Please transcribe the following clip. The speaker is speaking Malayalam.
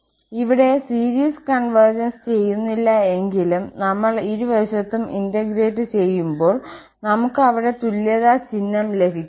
പോലും ഇവിടെ സീരീസ് കോൺവെർജ്സ് ചെയ്യുന്നില്ല എങ്കിലും പക്ഷേ നമ്മൾ ഇരുവശത്തും ഇന്റഗ്രേറ്റ് ചെയ്യുമ്പോൾ നമുക്ക് അവിടെ തുല്യതാ ചിഹ്നം ലഭിക്കുന്നു